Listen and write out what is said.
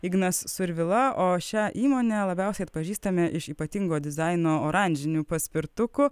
ignas survila o šią įmonę labiausiai atpažįstame iš ypatingo dizaino oranžinių paspirtukų